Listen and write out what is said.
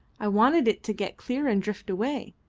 i wanted it to get clear and drift away.